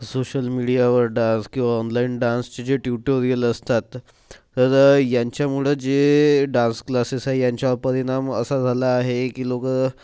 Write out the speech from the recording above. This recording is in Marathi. सोशल मीडियावर डान्स किंवा ऑनलाईन डान्सचे जे ट्युटोरियल असतात तर यांच्यामुळं जे डान्स क्लासेस आहे यांच्या परिणाम असा झाला आहे की लोकं